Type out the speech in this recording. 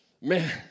man